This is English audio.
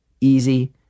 easy